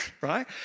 Right